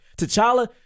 T'Challa